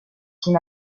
team